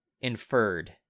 inferred